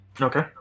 Okay